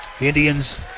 Indians